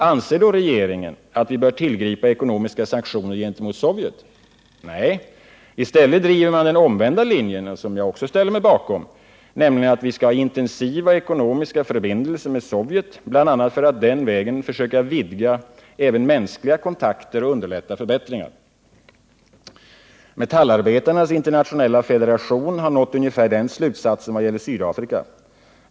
Anser då regeringen att vi bör tillgripa ekonomiska sanktioner gentemot Sovjet? Nej, i stället driver man den omvända linjen, som jag också ställer mig bakom, nämligen att vi skall ha intensiva ekonomiska förbindelser med Sovjet, bl.a. för att den vägen försöka vidga även mänskliga kontakter och underlätta förbättringar. Metallarbetarnas internationella federation har nått ungefär den slutsatsen när det gäller Sydafrika.